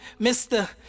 Mr